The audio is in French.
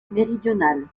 méridionale